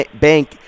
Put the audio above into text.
Bank